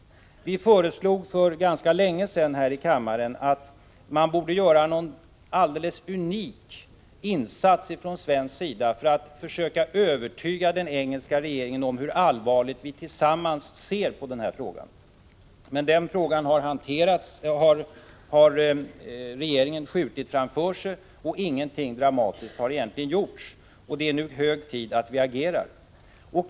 Vi föreslog för ganska länge sedan här i kammaren att man borde göra en alldeles unik insats från svensk sida för att försöka övertyga den engelska regeringen om hur allvarligt vi tillsammans ser på den här frågan. Men denna fråga har regeringen skjutit framför sig. Ingenting dramatiskt har egentligen gjorts, och det är nu hög tid att reagera.